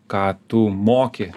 ką tu moki